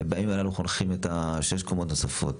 הם באים אלינו חונכים את השש קומות נוספות,